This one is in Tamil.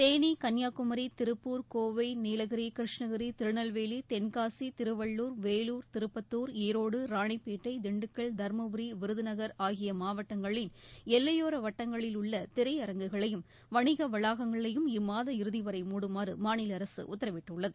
தேனி கன்னியாகுமரி திருப்பூர் கோவை நீலகிரி கிருஷ்ணகிரி திருநெல்வேலி தென்காசி திருவள்ளுர் வேலூர் திருப்பத்தூர் ஈரோடு ராணிப்பேட்டை திண்டுக்கல் தர்மபுரி விருதுநகர் ஆகிய மாவட்டங்களின் எல்லையோர வட்டங்களில் உள்ள திரையரங்குகளையும் வணிக வளாகங்களையும் இம்மாத இறுதிவரை மூடுமாறு மாநில அரசு உத்தரவிட்டுள்ளது